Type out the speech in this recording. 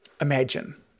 imagine